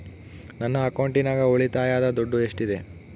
ನನ್ನ ಅಕೌಂಟಿನಾಗ ಉಳಿತಾಯದ ದುಡ್ಡು ಎಷ್ಟಿದೆ?